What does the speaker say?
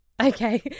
Okay